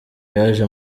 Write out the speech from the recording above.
yaje